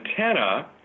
antenna